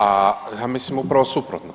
A ja mislim upravo suprotno.